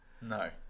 no